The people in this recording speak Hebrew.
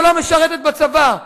שלא משרתת בצבא?